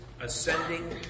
ascending